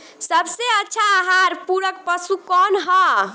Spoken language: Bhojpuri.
सबसे अच्छा आहार पूरक पशु कौन ह?